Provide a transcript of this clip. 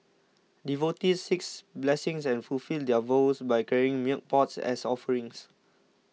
devotees seek blessings and fulfil their vows by carrying milk pots as offerings